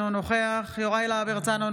אינו נוכח יוראי להב הרצנו,